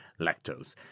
lactose